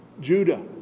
Judah